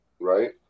Right